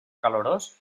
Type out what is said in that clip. calorós